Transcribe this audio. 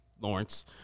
Lawrence